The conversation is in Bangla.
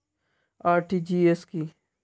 আর.টি.জি.এস কি?